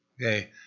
Okay